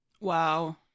Wow